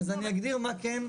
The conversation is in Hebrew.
אז אני אגדיר מה כן,